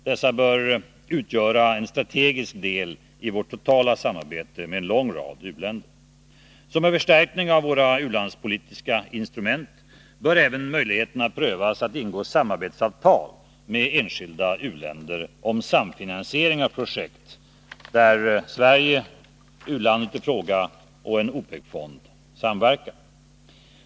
Detta bör utgöra en strategisk del av vårt totala samarbete med en lång rad u-länder. Som en förstärkning av våra u-landspolitiska instrument bör även möjligheterna prövas att ingå samarbetsavtal med enskilda u-länder och samfinansiera projekt, där Sverige, u-landet och en OPEC-fond samverkar.